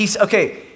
okay